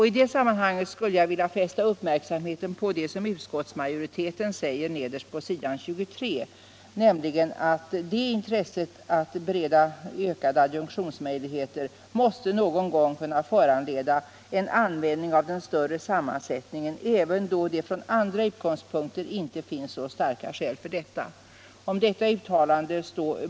I det sammanhanget skulle jag vilja fästa uppmärksamheten på vad utskottsmajoriteten säger nederst på s. 23, nämligen att intresset att bereda ökade adjunktionsmöjligheter någon gång måste kunna föranleda en användning av den större sammansättningen även då det från andra utgångspunkter inte finns så starka skäl för detta.